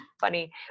funny